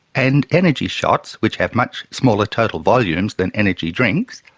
and energy shots, which have much smaller total volumes than energy drinks,